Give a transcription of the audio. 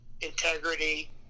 integrity